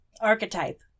archetype